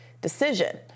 decision